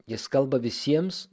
jis kalba visiems